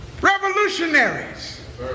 revolutionaries